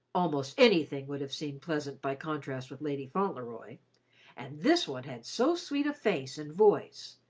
almost anything would have seemed pleasant by contrast with lady fauntleroy and this one had so sweet a face and voice,